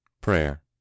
Prayer